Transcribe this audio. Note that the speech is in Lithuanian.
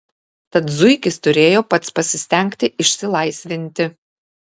tad zuikis turėjo pats pasistengti išsilaisvinti